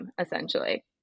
essentially